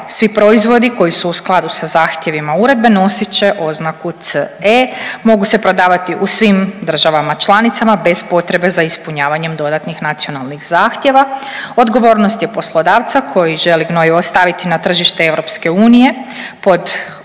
Svi proizvodi koji su u skladu sa zahtjevima uredbe nosit će oznaku CE mogu se prodavati u svim državama članicama bez potrebe za ispunjavanjem dodatnih nacionalnih zahtjeva. Odgovornost je poslodavca koji želi gnojivo staviti na tržište EU pod pravilima